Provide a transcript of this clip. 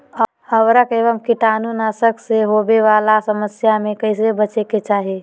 उर्वरक एवं कीटाणु नाशक से होवे वाला समस्या से कैसै बची के चाहि?